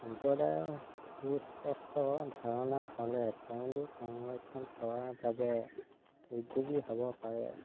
সম্প্ৰদায়ৰ সুস্পষ্ট ধাৰণা হ'লে তেওঁলোক সংৰক্ষণ কৰাৰ বাবে উদ্যোগী হ'ব পাৰে